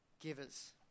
givers